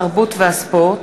התרבות והספורט